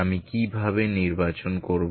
আমি কিভাবে নির্বাচন করব